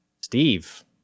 Steve